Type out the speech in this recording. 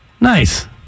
Nice